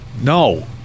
No